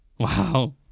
Wow